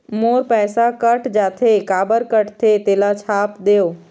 मोर पैसा कट जाथे काबर कटथे तेला छाप देव?